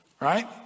right